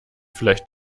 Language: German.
vielleicht